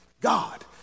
God